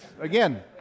Again